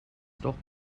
stock